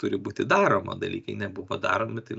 turi būti daroma dalykai nebuvo daromi tai